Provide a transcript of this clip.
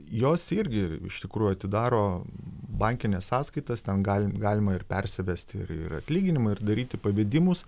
jos irgi iš tikrųjų atidaro bankines sąskaitas ten gal galima ir persivesti ir ir atlyginimą ir daryti pavedimus